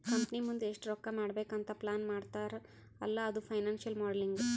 company ಮುಂದ್ ಎಷ್ಟ ರೊಕ್ಕಾ ಮಾಡ್ಬೇಕ್ ಅಂತ್ ಪ್ಲಾನ್ ಮಾಡ್ತಾರ್ ಅಲ್ಲಾ ಅದು ಫೈನಾನ್ಸಿಯಲ್ ಮೋಡಲಿಂಗ್